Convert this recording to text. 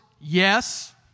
yes